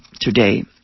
today